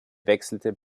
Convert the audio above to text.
wechselte